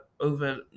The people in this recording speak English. over